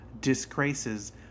disgraces